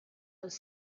was